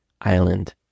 island